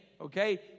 Okay